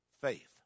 faith